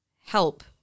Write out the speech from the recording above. help